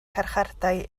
carchardai